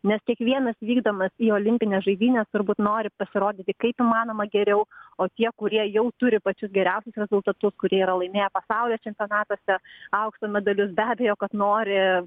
nes kiekvienas vykdamas į olimpines žaidynes turbūt nori pasirodyti kaip įmanoma geriau o tie kurie jau turi pačius geriausius rezultatus kurie yra laimėję pasaulio čempionatuose aukso medalius be abejo kad nori